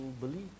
believe